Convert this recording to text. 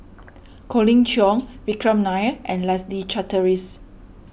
Colin Cheong Vikram Nair and Leslie Charteris